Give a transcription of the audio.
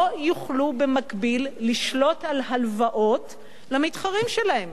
לא יוכלו במקביל לשלוט על הלוואות למתחרים שלהם.